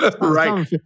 Right